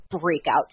breakout